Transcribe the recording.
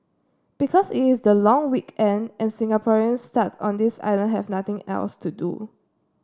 because it is the long weekend and Singaporeans stuck on this island have nothing else to do